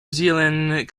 zealand